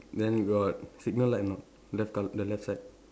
then got signal light or not left col~ the left side